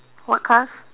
what cars